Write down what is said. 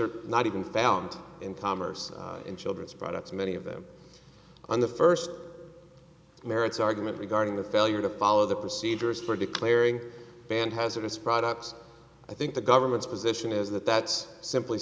are not even found in commerce in children's products many of them on the first merits argument regarding the failure to follow the procedures for declaring banned hazardous products i think the government's position is that that's simply